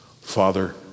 Father